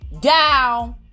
down